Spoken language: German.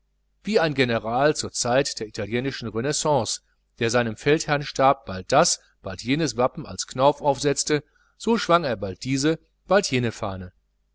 wie ein general zur zeit der italienischen renaissance der seinem feldherrnstab bald das bald jenes wappen als knauf aufsetzte so schwang er bald diese bald jene fahne